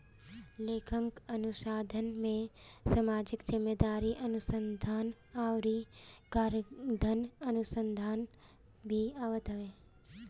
लेखांकन अनुसंधान में सामाजिक जिम्मेदारी अनुसन्धा अउरी कराधान अनुसंधान भी आवत बाटे